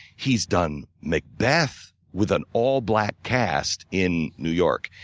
he's done macbeth with an all black cast in new york.